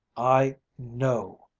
i know!